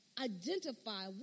identify